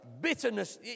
bitterness